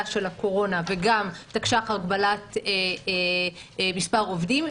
הקורונה וגם תקש"ח הגבלת מספר עובדים,